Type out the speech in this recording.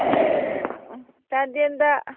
ꯎꯝ ꯆꯥꯟꯗꯦꯜꯗ